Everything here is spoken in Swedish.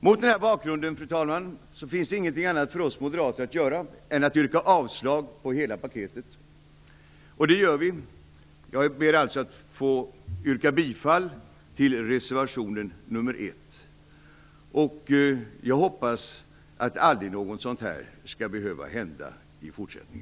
Mot denna bakgrund, fru talman, finns det inget annat för oss moderater att göra än att yrka avslag på hela paketet. Jag ber alltså att få yrka bifall till reservation nr 1 och hoppas att aldrig något sådant här skall behöva hända i fortsättningen.